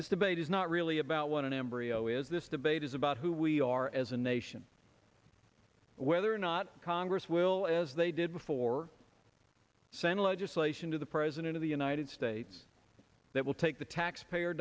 this debate is not really about what an embryo is this debate is about who we are as a nation whether or not congress will as they did before same legislation to the president of the united states that will take the taxpayer